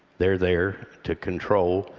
they're there to control,